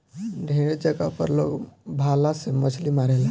ढेरे जगह पर लोग भाला से मछली मारेला